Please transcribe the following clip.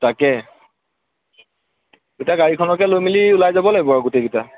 তাকে এতিয়া গাড়ীখনকে লৈ মেলি ওলাই যাব লাগিব আৰু গোটেইকেইটা